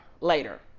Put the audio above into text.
later